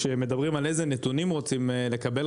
כשמדברים על איזה נתונים רוצים לקבל,